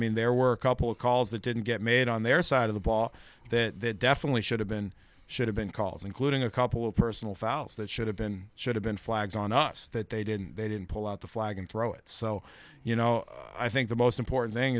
mean there were a couple of calls that didn't get made on their side of the ball that definitely should have been should have been calls including a couple of personal fouls that should have been should have been flags on us that they didn't they didn't pull out the flag and throw it so you know i think the most important thing